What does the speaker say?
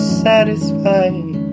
satisfied